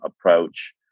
approach